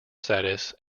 status